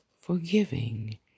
forgiving